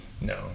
No